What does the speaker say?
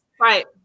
Right